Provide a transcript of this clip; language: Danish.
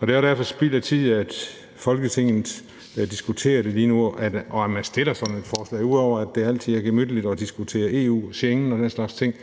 Det er derfor spild af tid, at Folketinget diskuterer det lige nu, og at man fremsætter sådan et forslag. Ud over at det altid er gemytligt at diskutere EU og Schengen og den slags ting